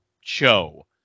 show